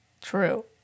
True